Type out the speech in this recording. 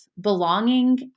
belonging